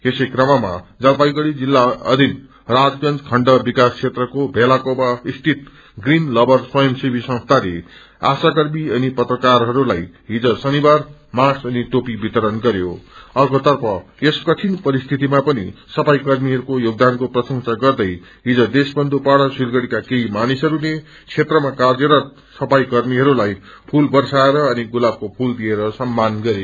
यसै क्रममा जलपाईगुङी जिल्ला अधीन राजगंज खण्ड विकास क्षेत्रको भेलाकोना स्थित ग्रीन लभर स्वयंसेवी संस्थाले आशाकर्मी अनि पत्रकारहस्ताई हिज शनिवार मास्क अनि टोपी वितरण गर्यो अक्प्रेतर्फ यस कठिन परिसीतमा पनि सफाई कर्मीहरूको योगदानको प्रशंसा गर्दै हिज देश्वन्धु पाड़ा सिलगड़ीका केड़ी मानिसहस्ते क्षेत्रमा कार्यरत सफाई कर्मीहस्ताई फूल वर्साएर अनि कुताबक्षे फूल दिएर सम्मान गरे